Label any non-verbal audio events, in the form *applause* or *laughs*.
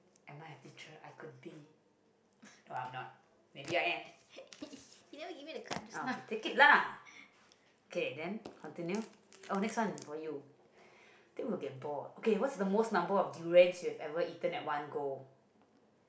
*noise* you never give me the card just now *laughs*